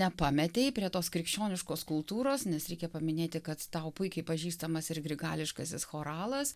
nepametei prie tos krikščioniškos kultūros nes reikia paminėti kad tau puikiai pažįstamas ir grigališkasis choralas